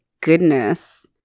goodness